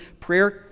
prayer